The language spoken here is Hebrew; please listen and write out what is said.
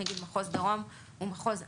נגיד, מחוז הדרום הוא מחוז ענק,